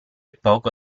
poco